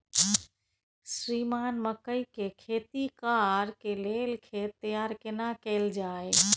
श्रीमान मकई के खेती कॉर के लेल खेत तैयार केना कैल जाए?